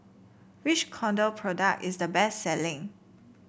which Kordel product is the best selling